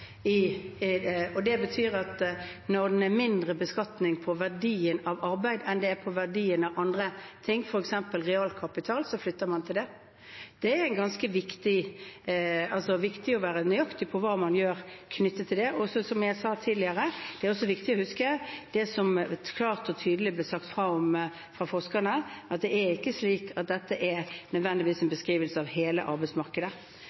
Det betyr at når det er mindre beskatning på verdien av arbeid enn det er på verdien av andre ting, f.eks. realkapital, flytter man til det. Det er ganske viktig å være nøyaktig på hva man gjør knyttet til det. Som jeg sa tidligere: Det er også viktig å huske det som klart og tydelig ble sagt fra om fra forskerne, at det ikke er slik at dette nødvendigvis er en beskrivelse av hele arbeidsmarkedet.